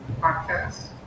Podcast